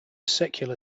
secular